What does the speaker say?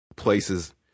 places